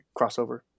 Crossover